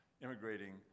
immigrating